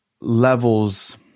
levels